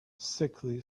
sickly